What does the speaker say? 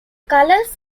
colors